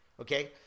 okay